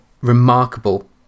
remarkable